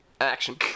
Action